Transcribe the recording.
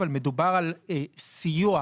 אבל מדובר על סיוע,